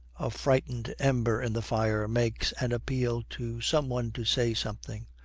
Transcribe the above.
a frightened ember in the fire makes an appeal to some one to say something.